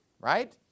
right